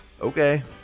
Okay